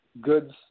goods